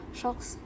shocks